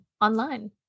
online